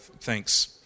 thanks